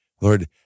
Lord